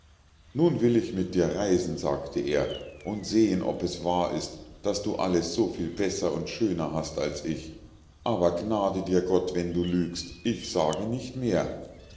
nun will ich mit dir reisen sagte er und sehen ob es wahr ist daß du alles so viel besser und schöner hast als ich aber gnade dir gott wenn du lügst ich sage nicht mehr